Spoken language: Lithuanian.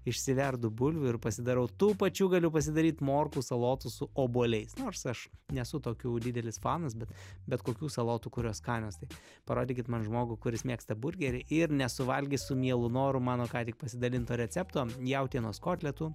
išsiverdu bulvių ir pasidarau tų pačių galiu pasidaryt morkų salotų su obuoliais nors aš nesu tokių didelis fanas bet bet kokių salotų kurios skanios tai parodykit man žmogų kuris mėgsta burgerį ir nesuvalgys su mielu noru mano ką tik pasidalinto recepto jautienos kotletų